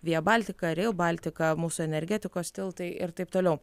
via baltika reil baltika mūsų energetikos tiltai ir taip toliau